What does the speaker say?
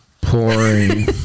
pouring